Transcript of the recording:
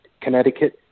Connecticut